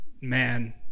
man